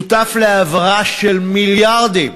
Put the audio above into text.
שותף להעברה של מיליארדים